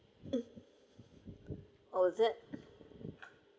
oh is it